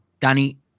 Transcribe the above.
Danny